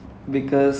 okay